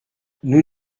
nous